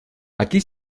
aquí